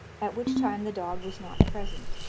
at which time the dog was not present.